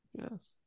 Yes